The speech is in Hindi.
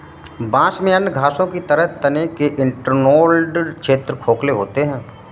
बांस में अन्य घासों की तरह के तने के इंटरनोडल क्षेत्र खोखले होते हैं